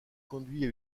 conduit